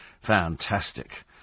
Fantastic